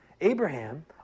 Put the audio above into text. Abraham